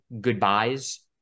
goodbyes